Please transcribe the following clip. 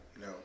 No